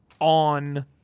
on